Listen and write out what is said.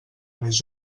més